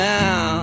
now